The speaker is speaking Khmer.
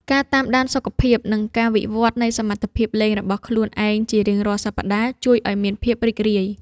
ការតាមដានសុខភាព និងការវិវត្តនៃសមត្ថភាពលេងរបស់ខ្លួនឯងជារៀងរាល់សប្តាហ៍ ជួយឱ្យមានភាពរីករាយ។